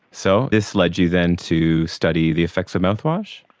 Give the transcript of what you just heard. so this led you then to study the effects of mouthwash?